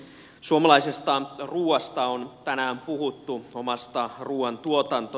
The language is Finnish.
suomalaisesta ruuasta on tänään puhuttu omasta ruuantuotannosta